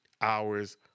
hours